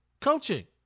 coaching